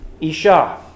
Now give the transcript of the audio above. Isha